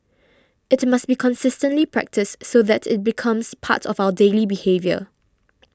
it must be consistently practised so that it becomes part of our daily behaviour